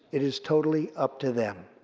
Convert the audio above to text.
it is totally up to them.